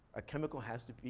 a chemical has to be,